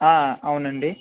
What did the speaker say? అవును అండి